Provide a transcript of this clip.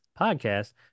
podcast